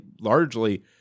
largely